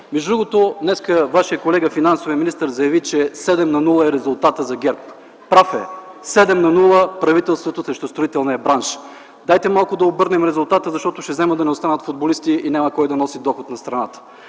Между другото днес Вашият колега – финансовия министър, заяви, че 7:0 е резултатът за ГЕРБ. Прав е – 7:0, правителството срещу строителния бранш. Дайте малко да обърнем резултата защото ще вземат да не останат футболисти и няма кой да носи доход на страната.